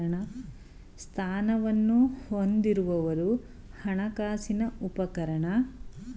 ಸ್ಥಾನವನ್ನು ಹೊಂದಿರುವವರು ಹಣಕಾಸಿನ ಉಪಕರಣ ಮೌಲ್ಯದಲ್ಲಿ ಹೆಚ್ಚುತ್ತದೆ ಎಂಬ ನಿರೀಕ್ಷೆಯನ್ನು ಹೊಂದಿರುತ್ತಾರೆ